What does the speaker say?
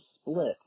split